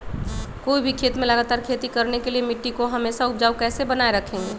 कोई भी खेत में लगातार खेती करने के लिए मिट्टी को हमेसा उपजाऊ कैसे बनाय रखेंगे?